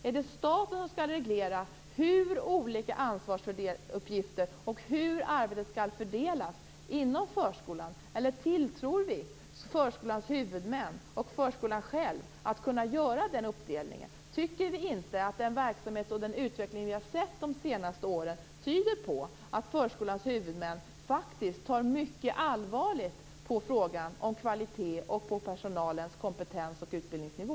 Är det staten som skall reglera hur olika ansvarsuppgifter och hur arbetet skall fördelas inom förskolan, eller tilltror vi förskolans huvudmän och förskolan själv att kunna göra denna uppdelning? Tycker vi inte att den verksamhet och den utveckling som vi har sett under de senaste åren tyder på att förskolans huvudmän faktiskt tar mycket allvarligt på frågan om kvalitet och personalens kompetens och utbildningsnivå?